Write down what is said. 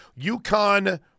UConn